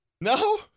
No